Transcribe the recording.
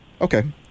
okay